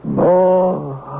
more